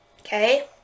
Okay